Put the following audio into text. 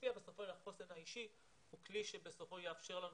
שמשפיע בסופו של דבר על החוסן האישי הוא כלי שיאפשר לנו